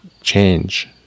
change